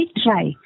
try